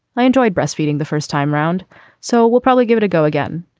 i enjoyed breastfeeding the first time round so we'll probably give it a go again